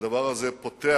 והדבר הזה פותח,